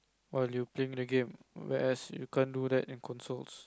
while you playing the games whereas you can't do that in consoles